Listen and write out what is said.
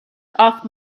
off